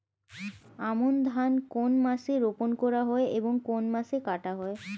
আমন ধান কোন মাসে রোপণ করা হয় এবং কোন মাসে কাটা হয়?